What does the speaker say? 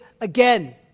again